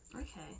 Okay